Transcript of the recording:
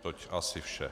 Toť asi vše.